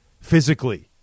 physically